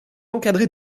encadrée